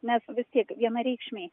nes vis tiek vienareikšmiai